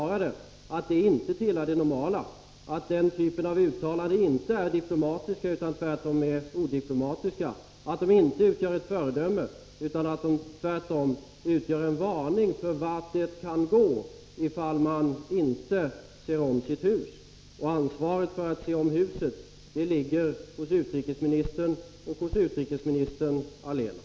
Det borde även ligga i utrikesministerns och regeringens intresse att förklara att den typen av uttalanden inte är diplomatiska utan tvärtom odiplomatiska, att de inte utgör ett föredöme utan tvärtom utgör en varning för varthän det kan gå ifall man inte ser om sitt hus. Ansvaret för att man ser om huset ligger hos utrikesministern — och hos utrikesministern allena.